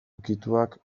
ukituak